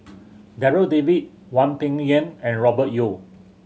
Darryl David Hwang Peng Yuan and Robert Yeo